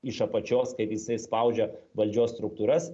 iš apačios kaip jisai spaudžia valdžios struktūras